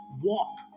Walk